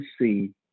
see